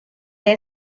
haya